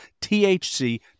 THC